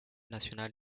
national